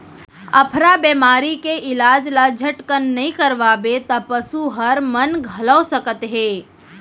अफरा बेमारी के इलाज ल झटकन नइ करवाबे त पसू हर मन घलौ सकत हे